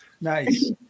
Nice